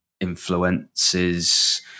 influences